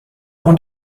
und